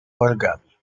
wargami